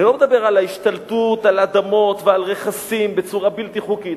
אני לא מדבר על ההשתלטות על אדמות ועל רכסים בצורה בלתי חוקית.